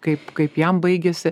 kaip kaip jam baigėsi